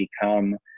become